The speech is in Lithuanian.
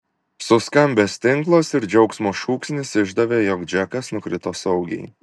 suskambęs tinklas ir džiaugsmo šūksnis išdavė jog džekas nukrito saugiai